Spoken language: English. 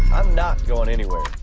i'm not going anywhere.